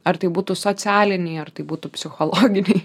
ar tai būtų socialiniai ar tai būtų psichologiniai